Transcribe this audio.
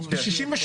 כן.